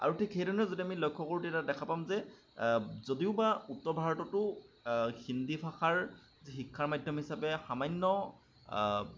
আৰু ঠিক সেইধৰণে যদি আমি যদি লক্ষ্য কৰোঁ তেতিয়া দেখা পাম যে যদিওবা উত্তৰ ভাৰততো হিন্দী ভাষাৰ শিক্ষাৰ যি মাধ্যম হিচাপে সামান্য